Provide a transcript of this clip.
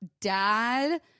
dad